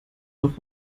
noch